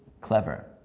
Clever